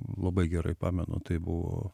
labai gerai pamenu tai buvo